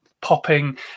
popping